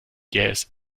jähes